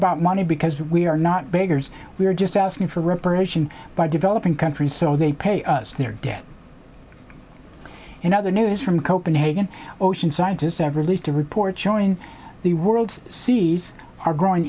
about money because we are not beggars we are just asking for reparation by developing countries so they pay us their debt in other news from copenhagen ocean scientists have released a report showing the world seeds are growing